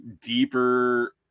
deeper